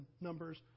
numbers